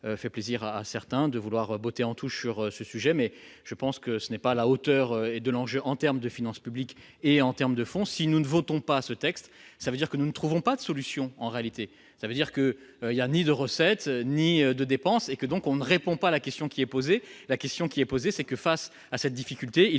fait plaisir à certains de vouloir botter en touche sur ce sujet, mais je pense que ce n'est pas à la hauteur de l'enjeu en terme de finances publiques et en termes de fond, si nous ne votons pas ce texte, ça veut dire que nous ne trouvons pas de solution, en réalité, ça veut dire que, il y a un ni de recettes ni de dépenses et que donc on ne répond pas à la question qui est posée, la question qui est posée, c'est que face à cette difficulté, il